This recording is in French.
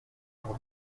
pour